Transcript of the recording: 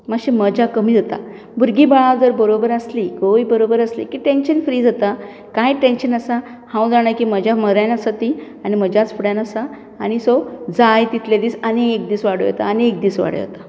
मातशी मजा कमी जाता भुरगीं बाळां जर बरोबर आसलीं घोवूय बरोबर आसलो की टेन्शन फ्री जाता कांय टेन्शन आसना हांव जाणा की म्हजे म्हऱ्यान आसा तीं आनी म्हज्याच फुड्यान आसा आनी सो जाय तितले दीस आनी एक दीस बाडोव येता आनी एक दीस वाडोंव येता